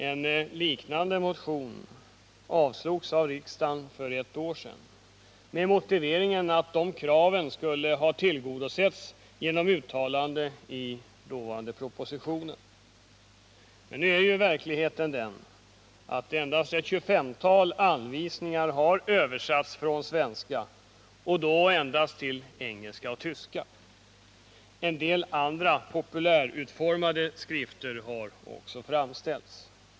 En liknande motion avslogs av riksdagen för ett år sedan med motiveringen att kraven skulle ha tillgodosetts genom uttalanden i den då aktuella propositionen. Nu är verkligheten den att endast ett 25-tal anvisningar har översatts från svenska, och då endast till engelska och tyska. En del andra populärutformade skrifter har också framställts.